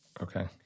Okay